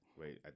Wait